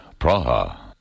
Praha